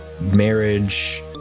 marriage